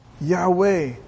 Yahweh